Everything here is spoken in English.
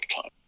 time